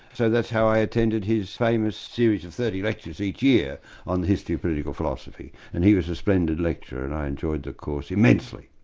so that's how i attended his famous series of thirty lectures each year on the history of political philosophy, and he was a splendid lecturer, and i enjoyed the course immensely.